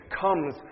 comes